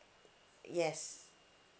yes